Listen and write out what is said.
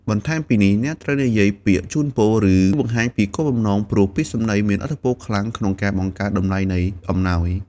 បន្ថែមពីនេះ អ្នកត្រូវនិយាយពាក្យជូនពរ ឬបង្ហាញពីគោលបំណង ព្រោះពាក្យសម្ដីមានឥទ្ធិពលខ្លាំងក្នុងការបង្កើនតម្លៃនៃអំណោយ។